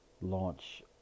launch